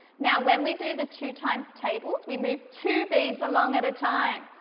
now, when we do the two times tables we move two beads along at a time.